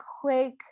quick